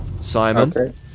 Simon